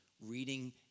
reading